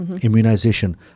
immunization